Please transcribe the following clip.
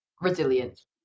resilience